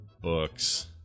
books